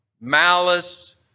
malice